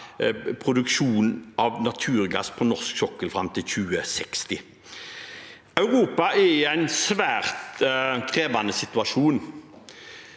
produksjonen av naturgass på norsk sokkel fram til 2060. Europa er i en svært krevende situasjon.